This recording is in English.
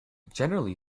generally